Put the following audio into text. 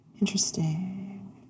Interesting